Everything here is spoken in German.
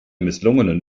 misslungenen